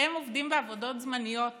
הם עובדים בעבודות זמניות